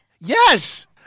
Yes